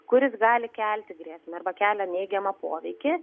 kuris gali kelti grėsmę arba kelia neigiamą poveikį